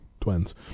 twins